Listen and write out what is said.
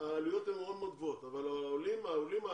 העלויות מאוד מאוד גבוהות אבל העולים האחרים